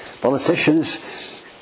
Politicians